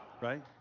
Right